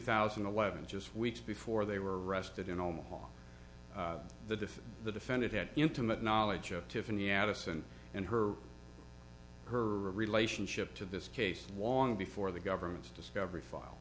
thousand and eleven just weeks before they were arrested in omaha the the defendant had intimate knowledge of tiffany addison and her her relationship to this case long before the government's discovery file